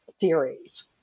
theories